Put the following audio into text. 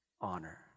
honor